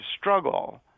struggle